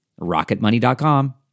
RocketMoney.com